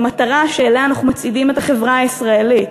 במטרה שאליה אנחנו מצעידים את החברה הישראלית.